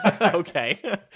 Okay